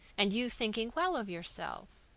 and you thinking well of yourself.